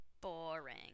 Boring